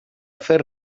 fer